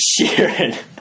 Sheeran